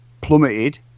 plummeted